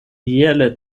iele